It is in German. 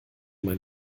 mein